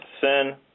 sin